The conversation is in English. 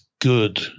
good